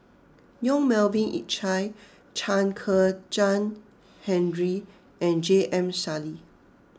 Yong Melvin Yik Chye Chen Kezhan Henri and J M Sali